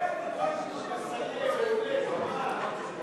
כהצעת הוועדה, נתקבל.